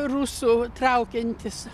rusų traukiantis